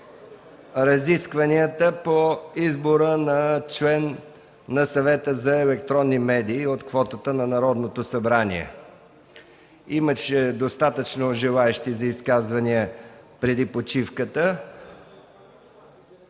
разискванията по избора на член на Съвета за електронни медии от квотата на Народното събрание. Имаше достатъчно желаещи за изказвания преди почивката.